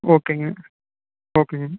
ஓகேங்க ஓகேங்க